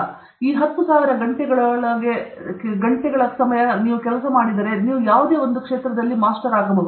ನೀವು ಈ 10000 ಗಂಟೆಗಳೊಳಗೆ ಹಾಕಿದರೆ ನೀವು ಯಾವುದೇ ಕ್ಷೇತ್ರದಲ್ಲೂ ಒಬ್ಬ ಮಾಸ್ಟರ್ ಆಗಬಹುದು